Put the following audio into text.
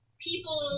people